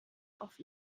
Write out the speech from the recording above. auf